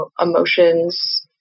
emotions